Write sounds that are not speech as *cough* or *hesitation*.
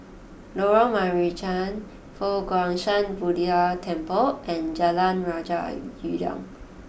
Lorong Marican Fo Guang Shan Buddha Temple and Jalan Raja *hesitation* Udang